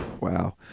Wow